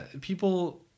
people